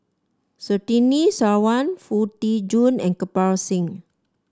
Surtini Sarwan Foo Tee Jun and Kirpal Singh